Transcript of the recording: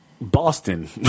Boston